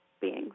beings